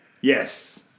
Yes